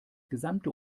gesamte